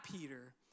Peter